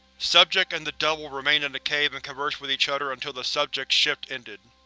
subject and the double remained in the cave and conversed with each other until the subject's shift ended.